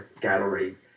Gallery